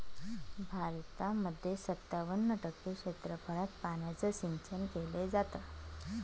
भारतामध्ये सत्तावन्न टक्के क्षेत्रफळात पाण्याचं सिंचन केले जात